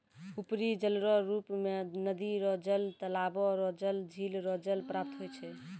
उपरी जलरो रुप मे नदी रो जल, तालाबो रो जल, झिल रो जल प्राप्त होय छै